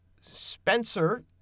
Spencer